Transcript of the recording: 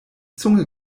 zunge